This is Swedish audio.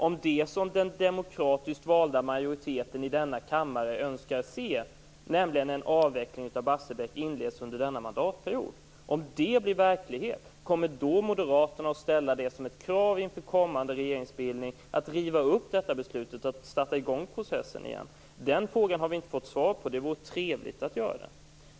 Om det som den demokratiskt valda majoriteten i denna kammare önskar se, alltså en avveckling av Barsebäck, inleds under denna mandatperiod, kommer då Moderaterna att ställa det som ett krav inför kommande regeringsbildning att riva upp detta beslut och sätta i gång processen igen? Den frågan har vi inte fått svar på. Det vore trevligt att få det.